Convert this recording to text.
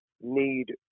need